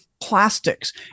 plastics